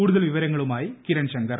കൂടുതൽ വിവരങ്ങളുമായി കിരൺ ശങ്കർ